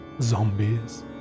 zombies